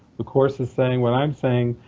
the course is saying, what i'm saying,